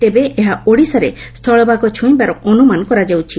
ତେବେ ଏହା ଓଡ଼ିଶାରେ ସ୍ଥଳଭଳଗ ଛୁଇଁବାର ଅନୁମାନ କରାଯାଉଛି